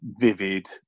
vivid